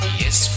yes